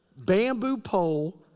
bamboo pole.